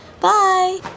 Bye